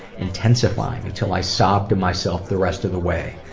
intensifying until i sobbed to myself the rest of the way.